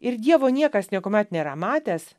ir dievo niekas niekuomet nėra matęs